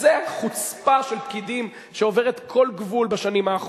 זה חוצפה של פקידים שעוברת כל גבול בשנים האחרונות.